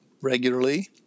regularly